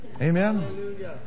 Amen